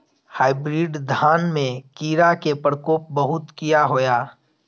Hybrid धान में कीरा के प्रकोप बहुत किया होया?